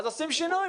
עושים שינוי.